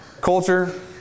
culture